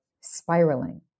spiraling